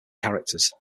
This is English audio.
characters